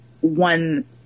one